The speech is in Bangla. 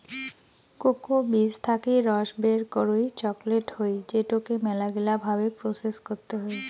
কোকো বীজ থাকি রস বের করই চকলেট হই যেটোকে মেলাগিলা ভাবে প্রসেস করতে হই